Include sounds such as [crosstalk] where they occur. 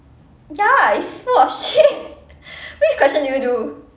ya it's full of shit [laughs] which question did you do